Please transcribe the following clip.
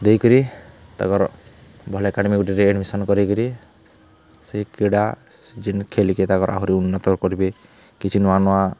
ଦେଇକରି ତାଙ୍କର ଭଲ ଏକାଡେମି ଗୋଟେରେ ଏଡମିସନ କରେଇକିରି ସେଇ କ୍ରୀଡ଼ା ଯେମିତି ଖେଳିକି ତାଙ୍କର ଆହୁରି ଉନ୍ନତ କରିବେ କିଛି ନୂଆ ନୂଆ